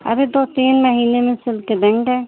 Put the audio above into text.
अरे दो तीन महीने में सिल के देंगे